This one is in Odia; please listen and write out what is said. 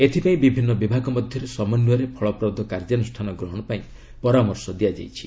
ଏଥିପାଇଁ ବିଭିନ୍ନ ବିଭାଗ ମଧ୍ୟରେ ସମନ୍ୱୟରେ ଫଳପ୍ରଦ କାର୍ଯ୍ୟାନୁଷ୍ଠାନ ଗ୍ରହଣ ପାଇଁ ପରାମର୍ଶ ଦିଆଯାଇଛି